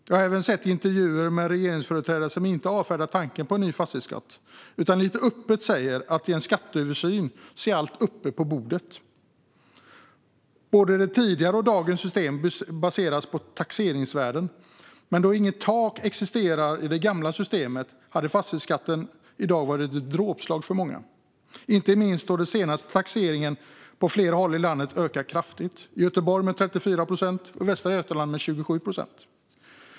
Jag har även sett intervjuer med regeringsföreträdare som inte avfärdar tanken på en ny fastighetsskatt, utan lite öppet säger att i en skatteöversyn är allt uppe på bordet. Både det tidigare systemet och dagens system baseras på taxeringsvärden. Men då inget tak existerade i det gamla systemet hade fastighetsskatten i dag varit dråpslag för många, inte minst då den senaste taxeringen på flera håll i landet ökade kraftigt. I Göteborg ökade den med 34 procent och i Västra Götaland med 27 procent.